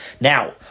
Now